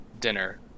dinner